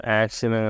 action